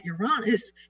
Uranus